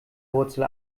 wurzel